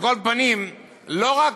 על כל פנים, לא רק